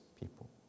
people